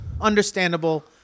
Understandable